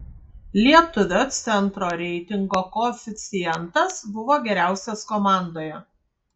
lietuvio centro reitingo koeficientas buvo geriausias komandoje